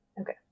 Okay